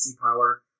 power